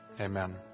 amen